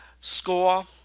Score